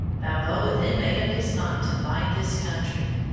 balboa then made up his mind to find this country.